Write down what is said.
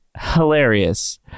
Hilarious